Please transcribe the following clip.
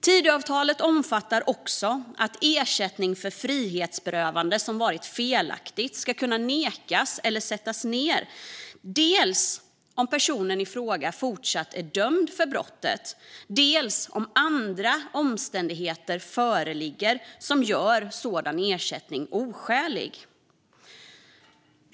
Tidöavtalet omfattar också att ersättning för felaktigt frihetsberövande ska kunna nekas eller sättas ned, dels om personen i fråga fortsatt är dömd för brottet, dels om andra omständigheter föreligger som gör sådan ersättning oskälig.